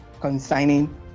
concerning